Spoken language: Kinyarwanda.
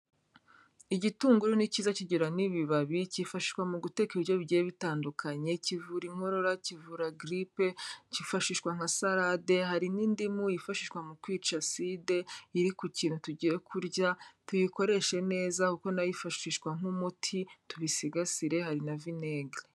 Igitunguru ni cyiza, kigira n'ibibabi, kifashishwa mu guteka ibiryo bigiye bitandukanye, kivura inkorora, kivura giripe, kifashishwa nka salade, hari n'indimu yifashishwa mu kwica aside iri ku kintu tugiye kurya, tuyikoreshe neza kuko na yo yifashishwa nk'umuti, tubisigasire hari na vinegere.